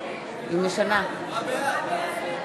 יובל שטייניץ, בעד אלעזר שטרן,